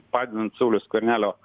padedant sauliaus skvernelio